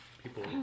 People